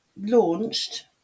launched